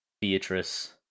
Beatrice